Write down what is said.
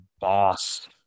boss